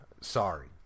Sorry